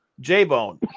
J-Bone